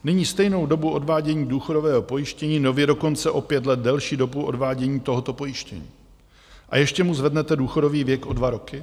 Nyní stejnou dobu odvádění důchodového pojištění, nově dokonce o pět let delší dobu odvádění tohoto pojištění, a ještě mu zvednete důchodový věk o dva roky?